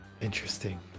interesting